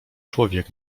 człowiek